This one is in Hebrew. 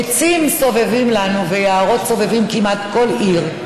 עצים סובבים לנו ויערות סובבים כמעט כל עיר,